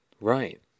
Right